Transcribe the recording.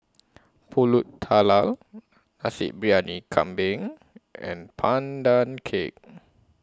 Pulut Tatal Nasi Briyani Kambing and Pandan Cake